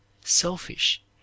selfish